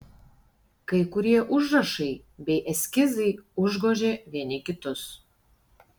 kai kurie užrašai bei eskizai užgožė vieni kitus